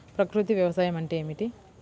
ప్రకృతి వ్యవసాయం అంటే ఏమిటి?